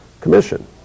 commission